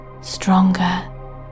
stronger